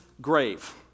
grave